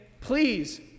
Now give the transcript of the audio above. please